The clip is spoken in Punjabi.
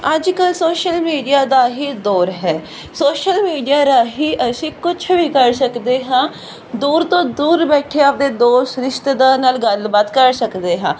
ਅੱਜ ਕੱਲ੍ਹ ਸੋਸ਼ਲ ਮੀਡੀਆ ਦਾ ਹੀ ਦੌਰ ਹੈ ਸੋਸ਼ਲ ਮੀਡੀਆ ਰਾਹੀਂ ਅਸੀਂ ਕੁਛ ਵੀ ਕਰ ਸਕਦੇ ਹਾਂ ਦੂਰ ਤੋਂ ਦੂਰ ਬੈਠੇ ਆਪਣੇ ਦੋਸਤ ਰਿਸ਼ਤੇਦਾਰ ਨਾਲ ਗੱਲਬਾਤ ਕਰ ਸਕਦੇ ਹਾਂ